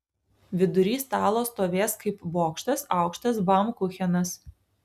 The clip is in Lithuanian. vidury stalo stovės kaip bokštas aukštas baumkuchenas